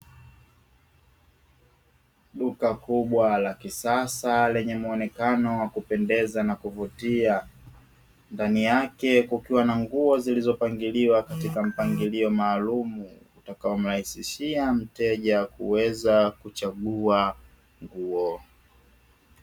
Duka kubwa la kisasa lenye muonekano wa kupendeza na kuvutia, ndani yake kukiwa nguo zilizopangiliwa katika mpangilio maalumu, utakaomrahisishia mteja kuweza kuchagua nguo.